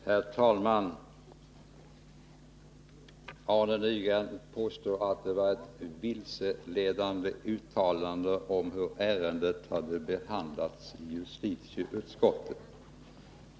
Herr talman! Arne Nygren påstår att det var ett vilseledande uttalande om hur ärendet hade behandlats i justitieutskottet.